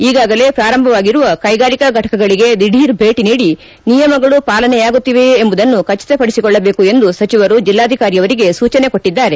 ಈಗಾಗಲೇ ಪ್ರಾರಂಭವಾಗಿರುವ ಕೈಗಾರಿಕಾ ಫಟಕಗಳಗೆ ದಿಢೀರ್ ಭೇಟಿ ನೀಡಿ ನಿಯಮಗಳು ಪಾಲನೆಯಾಗುತ್ತಿವೆಯೇ ಎಂಬುದನ್ನು ಖಚಿತಪಡಿಸಿಕೊಳ್ಳಬೇಕು ಎಂದು ಸಚಿವರು ಜೆಲ್ಲಾಧಿಕಾರಿ ಅವರಿಗೆ ಸೂಚನೆ ಕೊಟ್ಟಿದ್ದಾರೆ